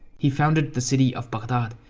he founded the city of baghdad.